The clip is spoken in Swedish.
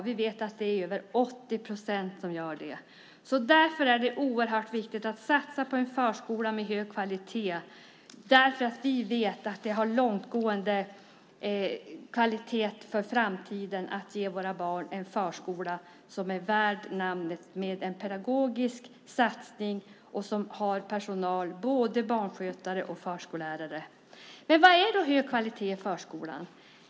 Vi vet att det är över 80 procent som gör det. Därför är det oerhört viktigt att satsa på en förskola med hög kvalitet. Vi vet att det är det viktigt för framtiden att ge våra barn en förskola som är värd namnet. Därför krävs det en pedagogisk satsning och personal, både barnskötare och förskollärare. Men vad är då hög kvalitet i förskolan?